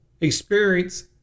experience